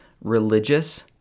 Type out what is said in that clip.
religious